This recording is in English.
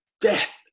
death